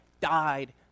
died